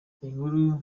inkuru